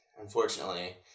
unfortunately